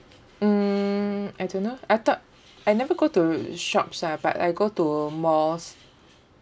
mm I don't know I thought I never go to shops ah but I go to malls